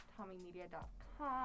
tommymedia.com